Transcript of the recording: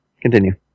continue